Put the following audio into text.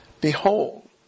Behold